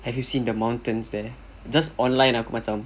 have you seen the mountains there just online aku macam